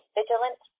vigilant